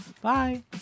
bye